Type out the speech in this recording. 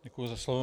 Děkuji za slovo.